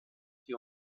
die